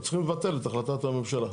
אתם צריכים לבטל את החלטת הממשלה.